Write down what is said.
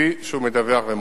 כפי שהוא מדווח ומוסר.